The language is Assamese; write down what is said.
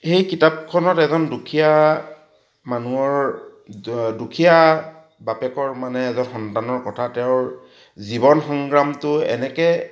সেই কিতাপখনত এজন দুখীয়া মানুহৰ দুখীয়া বাপেকৰ মানে এজন সন্তানৰ কথা তেওঁৰ জীৱন সংগ্ৰামটো এনেকৈ